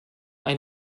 ein